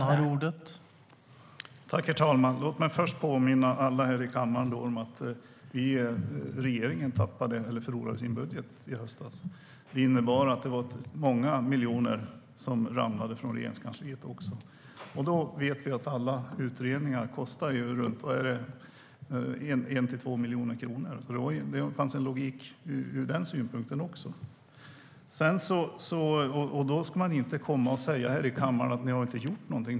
Herr talman! Låt mig först påminna alla i kammaren om att regeringen förlorade i omröstningen om budgeten i höstas. Det innebar att Regeringskansliet förlorade många miljoner. Vi vet att alla utredningar kostar 1-2 miljoner kronor. Det fanns en logik från den synpunkten också. Då kan man inte komma här i kammaren och säga att vi inte har gjort någonting.